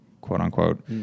quote-unquote